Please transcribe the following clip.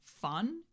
fun